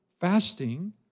fasting